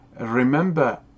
remember